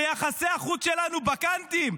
שיחסי החוץ שלנו בקנטים,